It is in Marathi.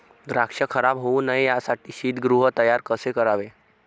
द्राक्ष खराब होऊ नये यासाठी शीतगृह तयार कसे करावे?